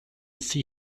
see